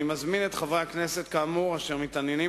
אני מזמין את חברי הכנסת אשר מתעניינים